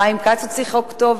חיים כץ הוציא חוק טוב,